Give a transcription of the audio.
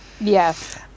Yes